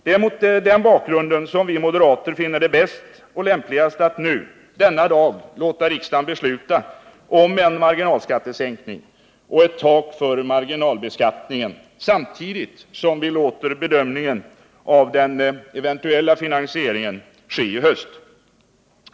Det är mot denna bakgrund som vi moderater finner det bäst och lämpligast att nu, denna dag, låta riksdagen besluta om en marginalskattesänkning och ett tak för marginalbeskattningen, samtidigt som vi låter bedömningen av den eventuella finansieringen ske i höst.